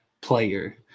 player